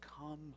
come